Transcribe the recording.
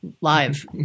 Live